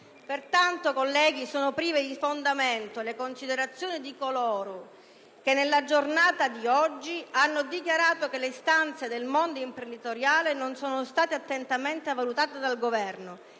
Pertanto, colleghi, sono prive di fondamento le considerazioni di coloro che nella giornata di oggi hanno dichiarato che le istanze del mondo imprenditoriale non sono state attentamente valutate dal Governo